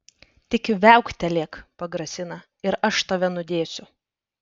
tik viauktelėk pagrasina ir aš tave nudėsiu